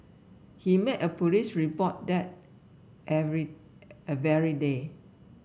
he made a police report that every a very day